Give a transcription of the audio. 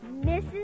Mrs